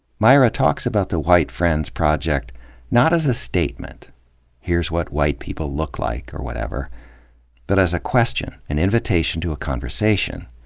myra talks about the white friends project not as a statement here's what white people look like, or whatever but as a question, an invitation to a conversation.